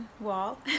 wall